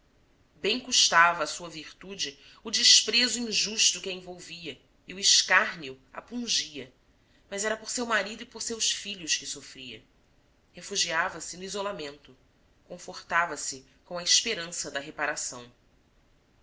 bem custava à sua virtude o desprezo injusto que a envolvia e o escárnio a pungia mas era por seu marido e por seus filhos que sofria refugiava-se no isolamento confortava se com a esperança da reparação